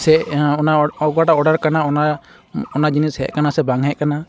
ᱥᱮ ᱚᱱᱟ ᱚᱠᱟᱴᱟᱜ ᱚᱰᱟᱨ ᱟᱠᱟᱱᱟ ᱚᱱᱟ ᱚᱱᱟ ᱡᱤᱱᱤᱥ ᱦᱮᱡ ᱠᱟᱱᱟ ᱥᱮ ᱵᱟᱝ ᱦᱮᱡ ᱟᱠᱟᱱᱟ